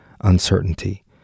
uncertainty